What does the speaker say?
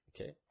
Okay